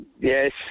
Yes